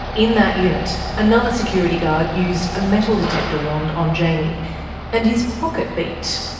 in that unit, another security guard used a metal detector wand on jaimie and his pocket beeped.